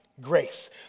Grace